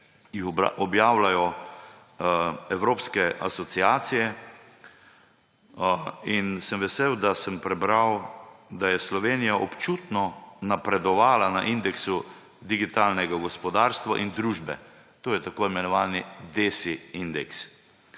jih objavljajo evropske asociacije, in sem vesel, da sem prebral, da je Slovenija občutno napredovala na indeksu digitalnega gospodarstva in družbe. To je tako imenovani indeks